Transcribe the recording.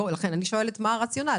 לכן אני שואלת מה הרציונל.